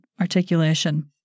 articulation